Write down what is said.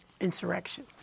insurrection